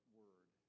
word